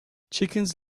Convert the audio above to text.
chickens